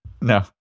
No